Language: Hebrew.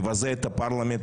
מבזה את הפרלמנט,